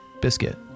Biscuit